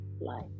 life